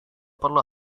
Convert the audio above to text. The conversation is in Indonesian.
perlu